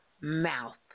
mouth